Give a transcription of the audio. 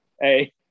hey